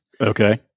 Okay